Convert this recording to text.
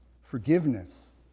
forgiveness